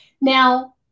Now